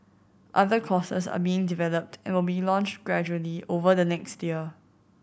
other courses are being developed and will be launched gradually over the next year